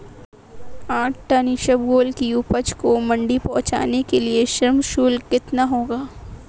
आठ टन इसबगोल की उपज को मंडी पहुंचाने के लिए श्रम शुल्क कितना होगा?